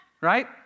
Right